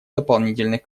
дополнительных